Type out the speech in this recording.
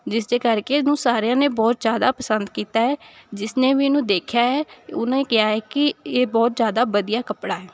ਜਿਸਦੇ ਕਰਕੇ ਇਹਨੂੰ ਸਾਰਿਆਂ ਨੇ ਬਹੁਤ ਜ਼ਿਆਦਾ ਪਸੰਦ ਕੀਤਾ ਹੈ ਜਿਸਨੇ ਵੀ ਇਹਨੂੰ ਦੇਖਿਆ ਹੈ ਉਹਨੇ ਕਿਹਾ ਹੈ ਕਿ ਇਹ ਬਹੁਤ ਜ਼ਿਆਦਾ ਵਧੀਆ ਕੱਪੜਾ ਹੈ